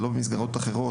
ולא במסגרות אחרות,